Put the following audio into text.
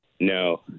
no